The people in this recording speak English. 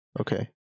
Okay